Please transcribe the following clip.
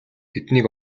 биднийг